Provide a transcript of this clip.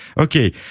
Okay